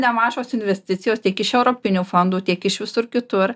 nemažos investicijos tiek iš europinių fondų tiek iš visur kitur